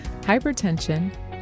hypertension